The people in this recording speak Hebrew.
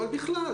זה ודאי.